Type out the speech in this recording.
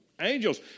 Angels